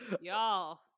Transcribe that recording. Y'all